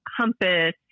compass